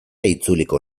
itzuliko